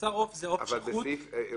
בשר עוף זה עוף שחוט, אדוני.